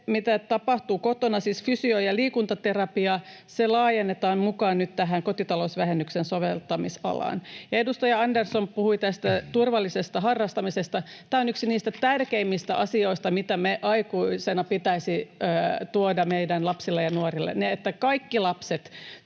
se, mitä tapahtuu kotona. Siis fysio- ja liikuntaterapia laajennetaan nyt mukaan kotitalousvähennyksen soveltamisalaan. Edustaja Andersson puhui turvallisesta harrastamisesta. Tämä on yksi niistä tärkeimmistä asioista, mitä meidän aikuisina pitäisi tuoda meidän lapsille ja nuorille,